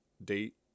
Date